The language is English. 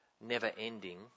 never-ending